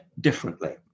differently